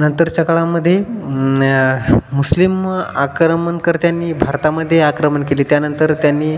नंतरच्या काळामध्ये मुस्लिम आक्रमणकर्त्यांनी भारतामध्ये आक्रमण केली त्यानंतर त्यांनी